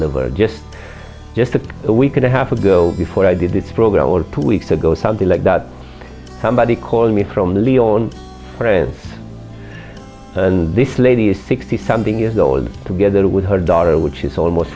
deliver just just a week and a half ago before i did this program or two weeks ago or something like that somebody called me from the leon friends and this lady is sixty something years old together with her daughter which is almost